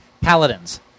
Paladins